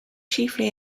chiefly